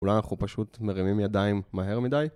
אולי אנחנו פשוט מרימים ידיים מהר מדי?